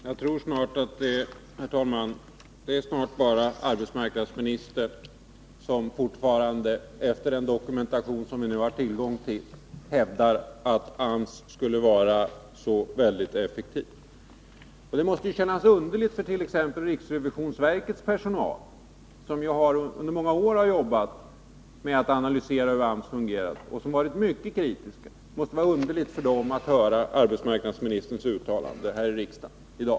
Herr talman! Jag tror att det snart är bara arbetsmarknadsministern som fortfarande — efter den dokumentation som vi nu har tillgång till — hävdar att AMS skulle vara så effektivt. Det måste kännas underligt för t.ex. riksrevisionsverkets personal — som under många år arbetat med att analysera hur AMS fungerar och som varit mycket kritiska — att höra arbetsmarknadsministerns uttalanden i riksdagen i dag.